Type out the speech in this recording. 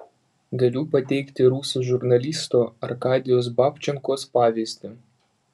galiu pateikti rusų žurnalisto arkadijaus babčenkos pavyzdį